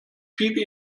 viel